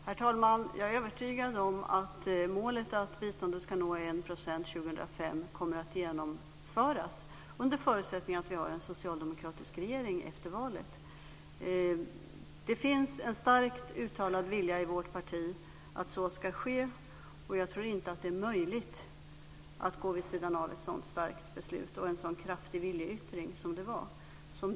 Herr talman! Jag är övertygad om att målet att biståndet ska nå 1 % år 2005 kommer att genomföras under förutsättning att vi har en socialdemokratisk regeringen efter valet. Det finns en starkt uttalad vilja i vårt parti att så ska ske. Jag tror inte att det är möjligt att gå vid sidan av ett sådant starkt beslut och en så kraftig viljeyttring som det var.